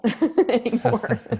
anymore